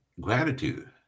gratitude